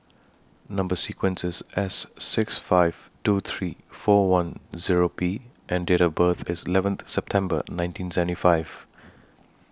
Number sequence IS S six five two three four one Zero B and Date of birth IS eleventh September nineteen seventy five